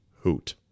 hoot